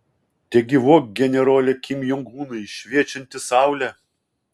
tegyvuok generole kim jong unai šviečianti saule